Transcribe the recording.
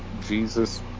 Jesus